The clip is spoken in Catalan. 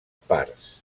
parts